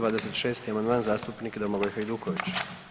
26. amandman zastupnik Domagoj Hajduković.